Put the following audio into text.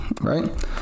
Right